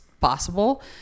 possible